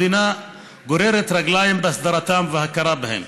שהמדינה גוררת רגליים בהסדרתם והכרה בהם.